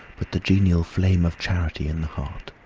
but the genial flame of charity in the heart.